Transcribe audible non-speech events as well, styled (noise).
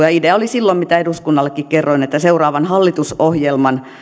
(unintelligible) ja idea oli silloin mitä eduskunnallekin kerroin että seuraavan hallitusohjelman